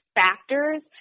factors